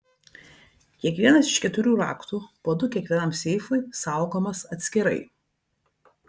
kiekvienas iš keturių raktų po du kiekvienam seifui saugomas atskirai